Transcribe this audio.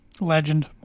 Legend